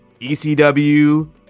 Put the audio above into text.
ECW